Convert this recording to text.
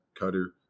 cutter